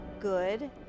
good